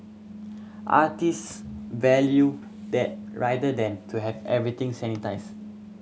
artist value that rather than to have everything sanitised